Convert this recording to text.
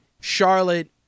Charlotte